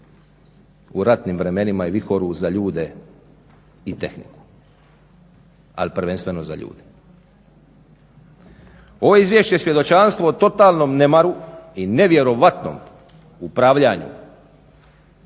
u ratnim vremenima i vihoru za ljude i tehniku ali prvenstveno za ljude. Ovo je izvješće svjedočanstvo o totalnom nemaru i nevjerojatnom upravljanju